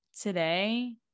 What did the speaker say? today